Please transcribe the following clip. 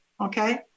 Okay